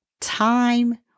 Time